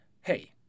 hey